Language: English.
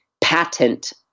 patent